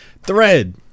thread